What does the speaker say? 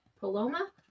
Paloma